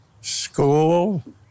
school